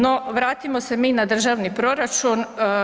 No vratimo se mi na državni proračun.